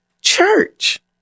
church